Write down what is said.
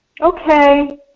Okay